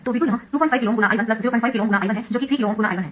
तो V2 यह 25KΩ ×I105 KΩ ×I1 है जो कि 3 KΩ × I1 है